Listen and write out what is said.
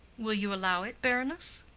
will you allow it, baroness?